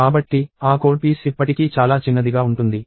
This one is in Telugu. కాబట్టి ఆ కోడ్ పీస్ ఇప్పటికీ చాలా చిన్నదిగా ఉంటుంది